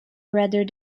rather